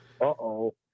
Uh-oh